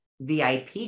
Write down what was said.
VIP